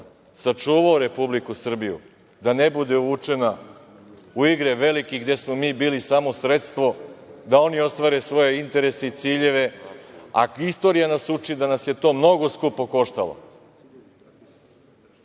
sačuvao Republiku Srbiju da ne bude uvučena u igre velikih gde smo mi bili samo sredstvo da oni ostvare svoje interese i ciljeve, a istorija nas uči da nas je to mnogo skupo koštalo. Sada